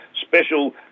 special